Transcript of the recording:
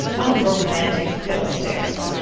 unromantic fiddlesticks!